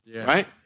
right